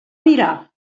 mirar